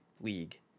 league